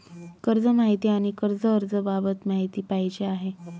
कर्ज माहिती आणि कर्ज अर्ज बाबत माहिती पाहिजे आहे